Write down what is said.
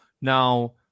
now